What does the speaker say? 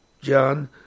John